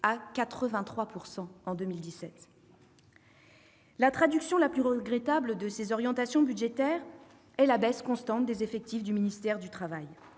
à 83 % en 2017. La traduction la plus regrettable de ces orientations budgétaires est la baisse constante des effectifs du ministère du travail.